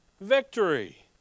victory